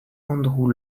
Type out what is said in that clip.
andrew